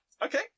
Okay